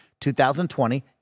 2020